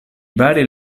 vari